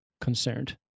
concerned